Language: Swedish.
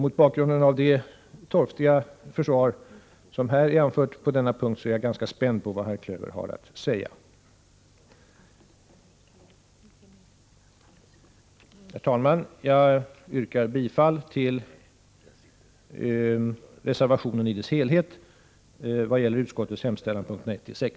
Mot bakgrund av det torftiga försvar som utskottet anfört på denna punkt är jag ganska spänd på vad herr Klöver har att säga. Herr talman! Jag yrkar bifall till reservationen i dess helhet vad gäller utskottets hemställan, punkterna 1-6.